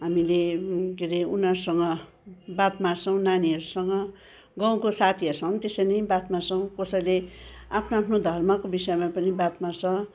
हामीले के अरे उनीहरूसँग बात मार्छौँ नानीहरूसँग गाउँको साथीहरूसँग त्यसरी नै बात मार्छौँ कसैले आफ्नो आफ्नो धर्मको विषयमा पनि बात मार्छ